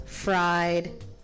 Fried